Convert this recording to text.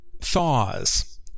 thaws